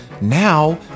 now